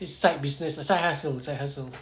his side business side hustle side hustle